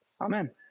amen